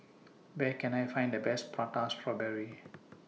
Where Can I Find The Best Prata Strawberry